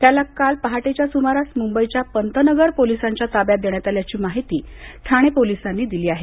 त्याला काल पहाटेच्या सुमारास मुंबईच्या पंतनगर पोलिसांच्या ताब्यात देण्यात आल्याची माहिती ठाणे पोलिसांनी दिली आहे